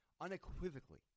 Unequivocally